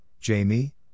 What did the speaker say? Jamie